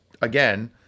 again